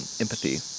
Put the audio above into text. empathy